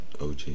OG